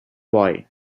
boy